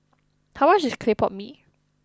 how much is Clay Pot Mee